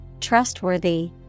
trustworthy